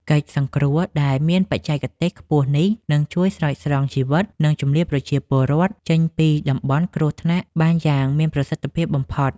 កិច្ចសង្គ្រោះដែលមានបច្ចេកទេសខ្ពស់នេះ នឹងជួយស្រោចស្រង់ជីវិត និងជម្លៀសប្រជាពលរដ្ឋចេញពីតំបន់គ្រោះថ្នាក់បានយ៉ាងមានប្រសិទ្ធភាពបំផុត។